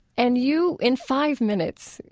and you, in five minutes,